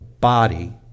body